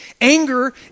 Anger